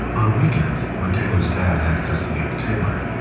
on weekends, when taylor's dad had custody of taylor,